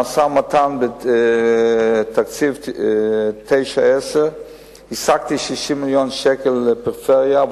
במשא-ומתן על תקציב 2009 2010 השגתי 60 מיליון שקל לפריפריה,